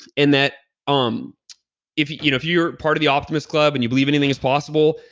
and that um if you know if you're part of the optimist club and you believe anything is possible,